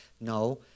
No